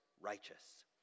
righteous